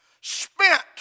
spent